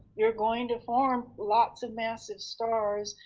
you're going to form lots of massive stars,